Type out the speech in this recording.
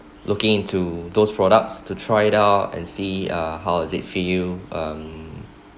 looking into those products to try it out and see uh how is it feel um